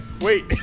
Wait